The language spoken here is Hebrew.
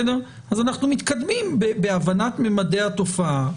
אז אנחנו מתקדמים בהבנת ממדי התופעה.